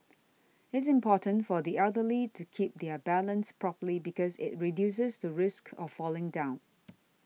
it's important for the elderly to keep their balance properly because it reduces the risk of falling down